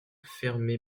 fermé